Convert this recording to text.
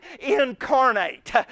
incarnate